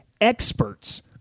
experts